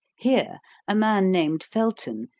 here a man named felton,